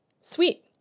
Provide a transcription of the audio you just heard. Sweet